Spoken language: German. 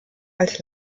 als